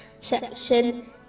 section